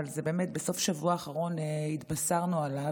בסוף השבוע האחרון התבשרנו עליו,